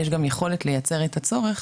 יש גם יכולת לייצר את הצורך,